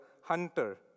hunter